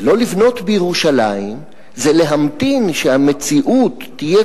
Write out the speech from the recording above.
ולא לבנות בירושלים זה להמתין שהמציאות תהיה